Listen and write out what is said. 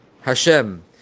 Hashem